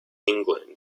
england